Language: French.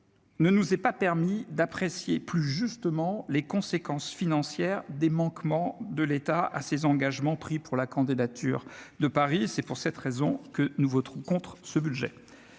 ne nous ait pas permis d'apprécier plus justement les conséquences financières des manquements de l'État à ses engagements pris lors de la candidature de Paris. C'est pour cette raison que nous voterons contre les crédits